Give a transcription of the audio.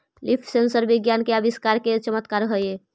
leaf sensor विज्ञान के आविष्कार के चमत्कार हेयऽ